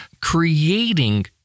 creating